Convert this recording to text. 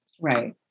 Right